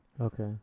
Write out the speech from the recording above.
Okay